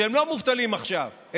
שהם לא מובטלים רק עכשיו,